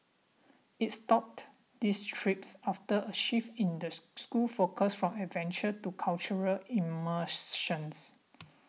it stopped these trips after a shift in the school's focus from adventure to cultural immersion